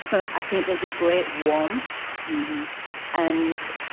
i think there's a great warmth and.